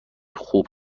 خوب